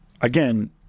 again